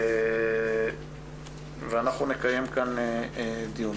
ואנחנו נקיים כאן דיון.